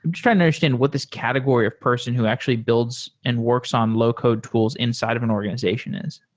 i'm just trying to understand what this category of person who actually builds and works on low-code tools inside of an organization is